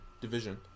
division